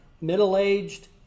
Middle-aged